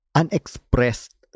unexpressed